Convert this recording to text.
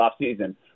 offseason